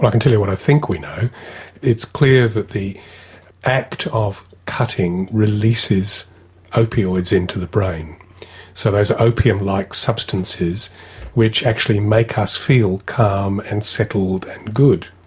can tell you what we think we know it's clear that the act of cutting releases opioids into the brain so there's opium like substances which actually make us feel calm and settled and good.